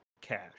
cash